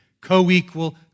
Co-equal